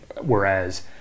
Whereas